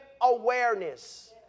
awareness